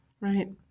Right